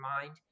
mind